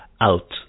out